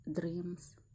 dreams